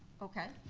okay.